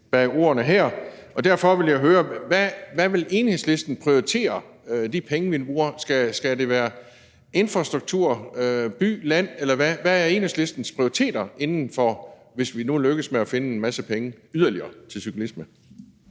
bag ordene her, og derfor vil jeg høre: Hvad vil Enhedslisten prioritere de penge, vi bruger, til? Skal det være til infrastruktur, by, land, eller hvad er Enhedslistens prioriteter inden for det, hvis vi nu lykkes med at finde en masse penge yderligere til cyklisme?